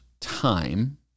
time